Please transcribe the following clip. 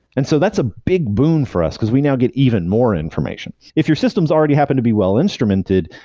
and so that's a big boon for us, because we now get even more information. if your systems already happen to be well instrumented,